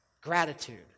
gratitude